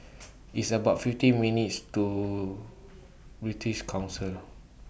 It's about fifty minutes' to British Council